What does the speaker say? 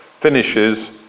finishes